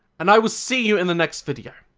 and i will see you in the next video.